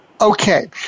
Okay